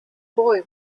boy